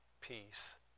peace